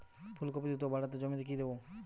ফুলকপি দ্রুত বাড়াতে জমিতে কি দেবো?